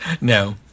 no